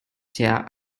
chair